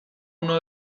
uno